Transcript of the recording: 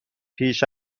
پیش